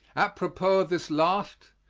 apropos of this last,